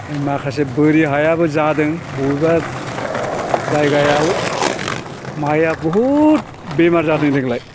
ओमफ्राय माखासे बोरि हायाबो जादों बबेबा जायगायाव माइया बहुत बेमार जादों देग्लाय